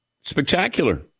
spectacular